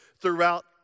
throughout